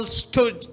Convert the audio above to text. stood